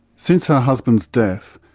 since her husband's death,